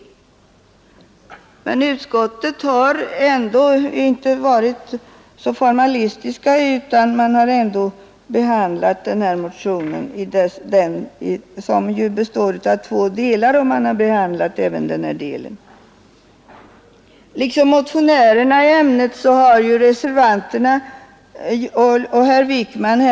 Man har i utskottet ändå inte varit så formalistisk utan behandlat även den del av motionen 1537 som gäller återbetalningsreglerna och som ligger till grund för reservationen vid punkten F.